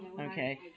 okay